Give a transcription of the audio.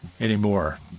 anymore